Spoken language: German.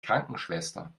krankenschwester